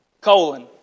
colon